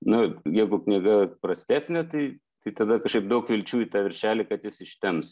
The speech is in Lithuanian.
na jeigu knyga prastesnė tai tai tada kažkaip daug vilčių į tą viršelį kad jis ištemps